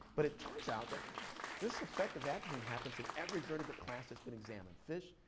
but it turns out that this effect of atrazine happens in every vertebrate class that's been examined. fish,